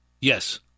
Yes